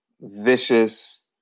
vicious